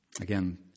Again